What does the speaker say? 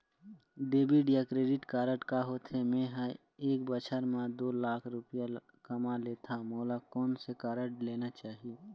Debit या credit card का होथे, मे ह एक बछर म दो लाख रुपया कमा लेथव मोला कोन से कारड लेना चाही?